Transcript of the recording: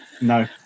No